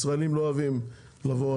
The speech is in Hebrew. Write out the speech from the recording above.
ישראלים לא אוהבים לבוא,